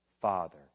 Father